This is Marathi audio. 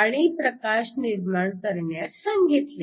आणि प्रकाश निर्माण करण्यास सांगितले